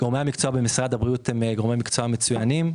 המקצוע במשרד הבריאות הם גורמי מקצוע מצוינים.